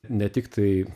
ne tik tai